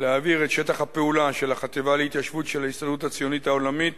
להעביר את שטח הפעולה של החטיבה להתיישבות של ההסתדרות הציונית העולמית